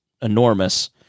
enormous